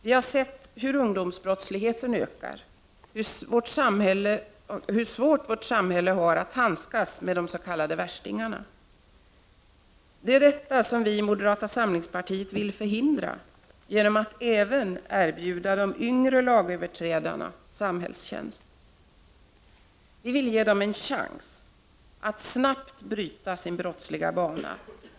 Vi har sett hur ungdomsbrottsligheten ökar, hur svårt vårt samhälle har att handskas med de s.k. värstingarna. Det är detta som vi i moderata samlingspartiet vill förhindra genom att även erbjuda de yngre lagöverträdarna samhällstjänst. Vi vill ge dem en chans att snabbt bryta sin brottsliga bana.